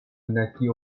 naquit